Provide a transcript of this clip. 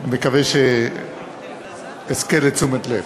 אני מקווה שאזכה לתשומת לב.